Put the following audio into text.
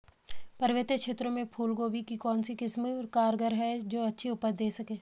पर्वतीय क्षेत्रों में फूल गोभी की कौन सी किस्म कारगर है जो अच्छी उपज दें सके?